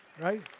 Right